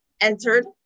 entered